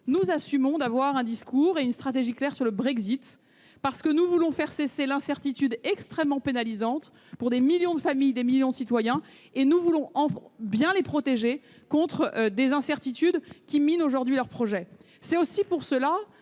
Nous assumons d'avoir un discours et une stratégie clairs sur le Brexit, parce que nous voulons faire cesser l'incertitude actuelle, extrêmement pénalisante pour des millions de citoyens et de familles : nous voulons les protéger contre cette incertitude qui mine aujourd'hui leurs projets. C'est aussi pour cela